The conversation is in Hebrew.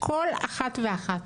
כל אחת ואחת